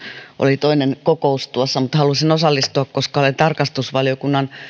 oli tuossa toinen kokous mutta halusin osallistua koska olen tarkastusvaliokunnan